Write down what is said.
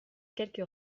quelques